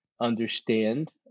understand